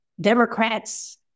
Democrats